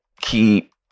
keep